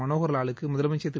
மனோகா் வாலுக்கு முதலமைச்சர் திரு